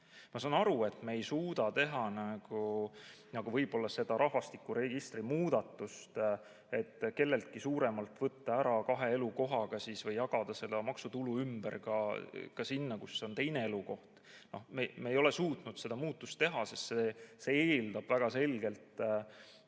Ma saan aru, et me ei suuda teha seda rahvastikuregistri muudatust, et kelleltki suuremalt võtta raha ära, et kahe elukoha korral jagada maksutulu ümber ka sinna, kus on teine elukoht. Me ei ole suutnud seda muudatust teha, sest see eeldab väga selgelt